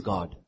God